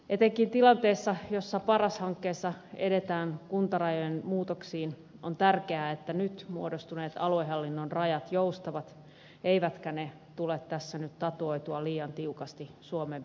etenkin tilanteessa jossa paras hankkeessa edetään kuntarajojen muutoksiin on tärkeää että nyt muodostuneet aluehallinnon rajat joustavat eivätkä ne tule tässä nyt tatuoitua liian tiukasti suomen pintaan